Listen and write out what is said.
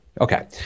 Okay